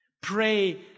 Pray